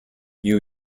new